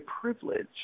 privilege